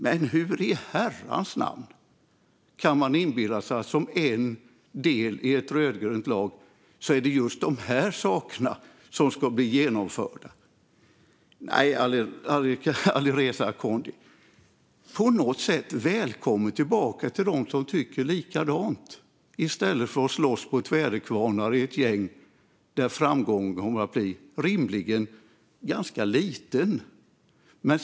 Men hur i herrans namn kan man som en del i ett rödgrönt lag inbilla sig att det är just de här sakerna som ska bli genomförda? Nej, Alireza Akhondi, på något sätt vill jag säga: Välkommen tillbaka till dem som tycker likadant i stället för att slåss mot väderkvarnar i ett gäng där framgången rimligen kommer att bli ganska liten!